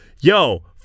Yo